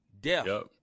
death